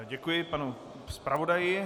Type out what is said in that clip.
Děkuji panu zpravodaji.